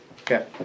Okay